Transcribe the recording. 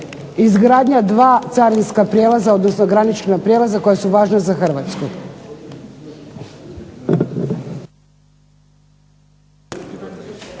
izgradnja 2 carinska prijelaza, odnosno granična prijelaza koja su važna za Hrvatsku.